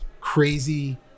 crazy